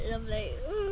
and them like !woo!